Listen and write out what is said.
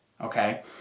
okay